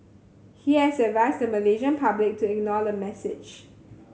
he has advised the Malaysian public to ignore the message